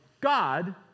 God